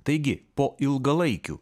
taigi po ilgalaikių